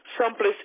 someplace